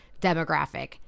demographic